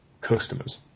Customers